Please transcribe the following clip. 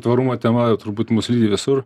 tvarumo tema turbūt mus lydi visur